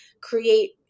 create